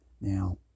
Now